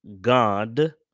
God